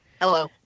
Hello